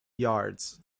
yards